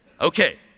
Okay